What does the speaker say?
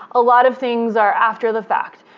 a lot of things are after the fact.